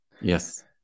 Yes